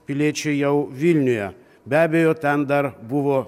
piliečiai jau vilniuje be abejo ten dar buvo